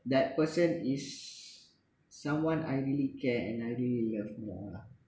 that person is someone I really care and I really love more lah